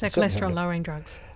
yeah cholesterol lowering drugs?